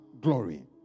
glory